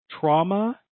trauma